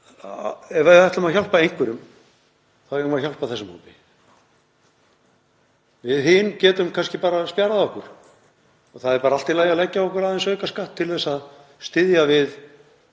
Ef við ætlum að hjálpa einhverjum þá eigum við að hjálpa þessum hópi. Við hin getum kannski bara spjarað okkur og það er allt í lagi að leggja á okkur einhvern aukaskatt til að styðja við